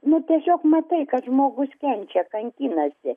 nu tiesiog matai kad žmogus kenčia kankinasi